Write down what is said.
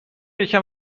یکم